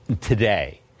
today